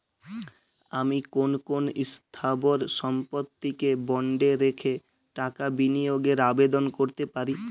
আমি কোন কোন স্থাবর সম্পত্তিকে বন্ডে রেখে টাকা বিনিয়োগের আবেদন করতে পারি?